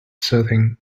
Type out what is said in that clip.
soothing